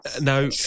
Now